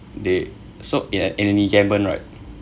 they so in an enemy yemen right